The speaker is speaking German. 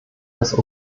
das